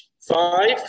five